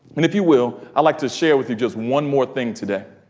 i mean if you will, i'd like to share with you just one more thing today.